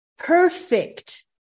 Perfect